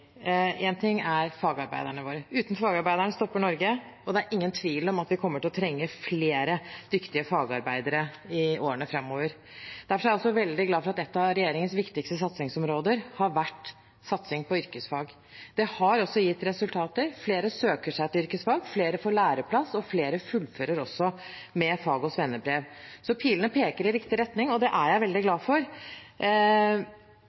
ting er fagarbeiderne våre. Uten fagarbeiderne stopper Norge, og det er ingen tvil om at vi kommer til å trenge flere dyktige fagarbeidere i årene framover. Derfor er jeg også veldig glad for at et av regjeringens viktigste satsingsområder har vært satsing på yrkesfag. Det har også gitt resultater: Flere søker seg til yrkesfag, flere får læreplass, og flere fullfører også med fag- og svennebrev. Så pilene peker i riktig retning, og det er jeg veldig